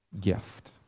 gift